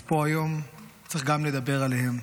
אז פה היום צריך גם לדבר עליהם.